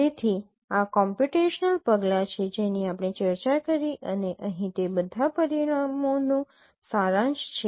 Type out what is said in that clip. તેથી આ કોમ્પ્યુટેશનલ પગલાં છે જેની આપણે ચર્ચા કરી અને અહીં તે બધા પરિણામોનો સારાંશ છે